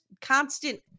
constant